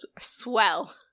Swell